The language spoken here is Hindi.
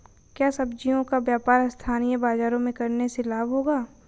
क्या सब्ज़ियों का व्यापार स्थानीय बाज़ारों में करने से लाभ होगा?